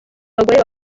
bagore